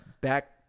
back